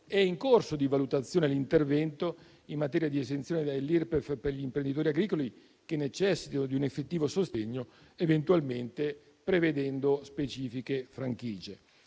è in corso di valutazione l'intervento in materia di esenzione dall'Irpef per gli imprenditori agricoli che necessitano di un effettivo sostegno, eventualmente prevedendo specifiche franchigie.